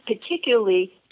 particularly